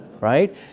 right